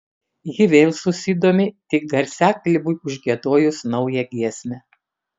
ji vėl susidomi tik garsiakalbiui užgiedojus naują giesmę